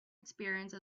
experience